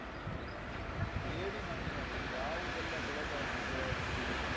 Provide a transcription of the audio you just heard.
ಜೇಡಿ ಮಣ್ಣಿನಲ್ಲಿ ಯಾವುದೆಲ್ಲ ಬೆಳೆಗಳನ್ನು ಬೆಳೆಯಬಹುದು?